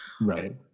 right